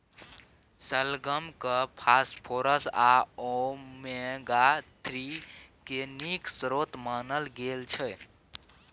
शलगम केँ फास्फोरस आ ओमेगा थ्री केर नीक स्रोत मानल गेल छै